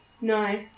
No